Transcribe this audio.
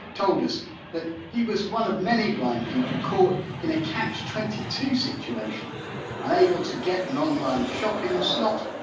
told us that he was one of many blind people caught in a catch twenty two situation unable to get an online shopping slot,